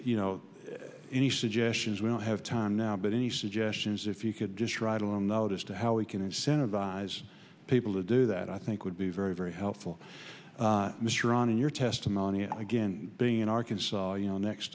you know any suggestions we don't have time now but any suggestions if you could just write a little notice to how we can incentivize people to do that i think would be very very helpful mr on your testimony again being in arkansas you know next